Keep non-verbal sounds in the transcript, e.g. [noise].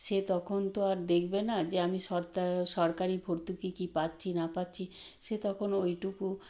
সে তখন তো আর দেখবে না যে আমি [unintelligible] সরকারি ভর্তুকি কী পাচ্ছি না পাচ্ছি সে তখন ওইটুকু